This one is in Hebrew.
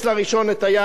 אומר לו: תודה רבה.